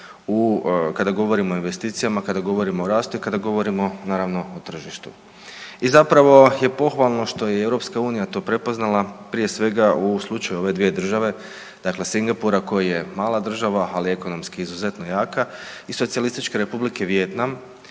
kada govorimo o investicijama i kada govorimo, naravno o tržištu i zapravo je pohvalno što je i EU to prepoznala, prije svega, u slučaju ove dvije države, dakle Singapura koji je mala država, ali ekonomski izuzetno jaka i Socijalističke Republike Vijetnam